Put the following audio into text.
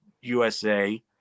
USA